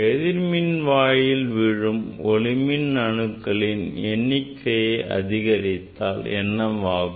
எதிர்மின்வாயில் விழும் ஒளி மின் அணுக்களின் எண்ணிக்கை அதிகரித்தால் என்னவாகும்